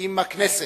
עם הכנסת.